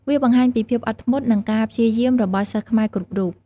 វាបង្ហាញពីភាពអត់ធ្មត់និងការព្យាយាមរបស់សិស្សខ្មែរគ្រប់រូប។